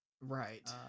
Right